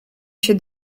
się